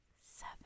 seven